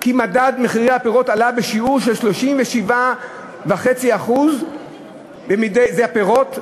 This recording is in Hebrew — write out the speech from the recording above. כי מדד מחירי הפירות עלה בשיעור של 37.5% זה הפירות,